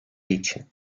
için